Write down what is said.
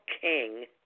King